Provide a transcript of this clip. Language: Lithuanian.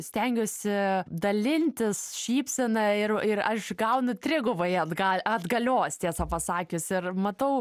stengiuosi dalintis šypsena ir ir aš gaunu trigubai atgal atgalios tiesą pasakius ir matau